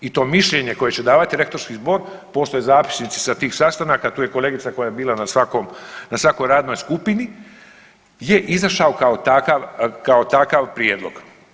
I to mišljenje koje će davati rektorski zbor, postoje zapisnici sa tih sastanaka tu je kolegica koja je bila na svakom, na svakoj radnoj skupini je izašao kao takav, kao takav prijedlog.